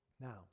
Now